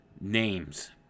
Names